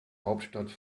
hauptstadt